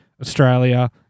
Australia